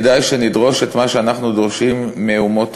כדאי שנדרוש את מה שאנחנו דורשים מאומות